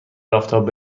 آفتاب